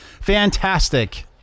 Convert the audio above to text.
Fantastic